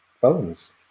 phones